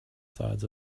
sides